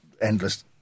endless